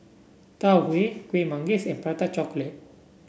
Tau Huay Kuih Manggis and Prata Chocolate